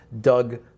Doug